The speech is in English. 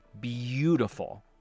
Beautiful